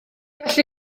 gall